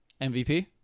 MVP